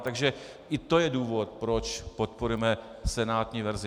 Takže i to je důvod, proč podporujeme senátní verzi.